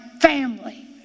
family